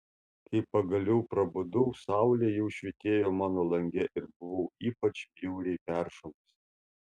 kai pagaliau prabudau saulė jau švytėjo mano lange ir buvau ypač bjauriai peršalusi